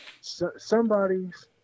somebody's